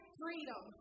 freedom